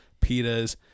pitas